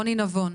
רוני נבון.